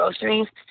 groceries